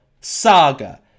saga